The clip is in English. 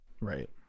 right